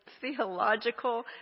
Theological